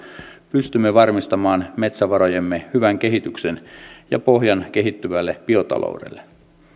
pystymme varmistamaan metsävarojemme hyvän kehityksen ja pohjan kehittyvälle biotaloudelle